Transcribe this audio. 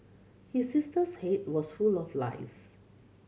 his sister's head was full of lice